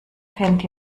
fällt